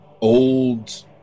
old